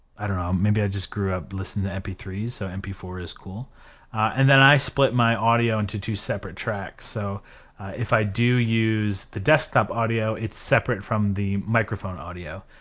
i don't know um maybe i just grew up listening to m p three, so m p four is cool and then i split my audio into two separate tracks, so if i do use the desktop audio it's separate from the microphone audio,